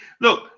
look